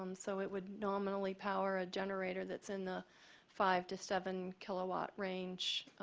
um so it would normally power a generator that's in the five to seven kilowatt range